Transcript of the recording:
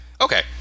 okay